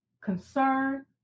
concern